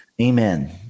Amen